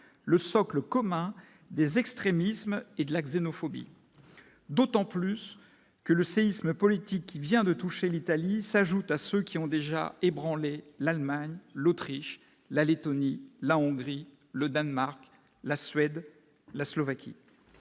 le socle commun des extrémismes et de la xénophobie, d'autant plus que le séisme politique qui vient de toucher l'Italie s'ajoutent à ceux qui ont déjà ébranlé l'Allemagne, l'Autriche, la Léttonie, la Hongrie, le Danemark, la Suède, la Slovaquie